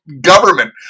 government